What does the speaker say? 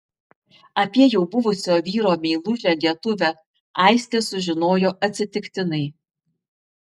apie jau buvusio vyro meilužę lietuvę aistė sužinojo atsitiktinai